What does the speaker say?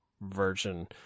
version